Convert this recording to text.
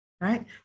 right